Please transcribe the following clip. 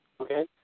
Okay